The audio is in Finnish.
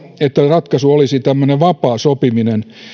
että ratkaisu olisi tämmöinen vapaa sopiminen